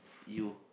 you